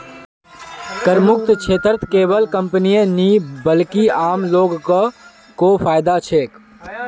करमुक्त क्षेत्रत केवल कंपनीय नी बल्कि आम लो ग को फायदा छेक